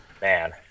Man